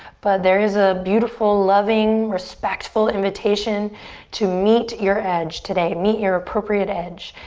but there is a beautiful, loving, respectful invitation to meet your edge today, meet your appropriate edge.